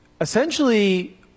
essentially